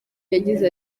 yagize